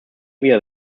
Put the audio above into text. via